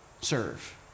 serve